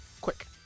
quick